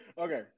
Okay